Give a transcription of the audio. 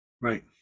right